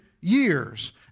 years